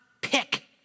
pick